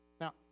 Now